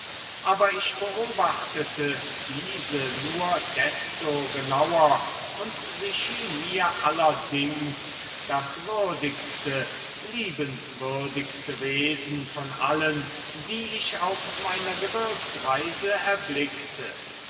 aber ich beobachtete diese nur desto genauer und sie schien mir allerdings das würdigste liebenswürdigste wesen von allen die ich auf meiner gebirgsreise erblickte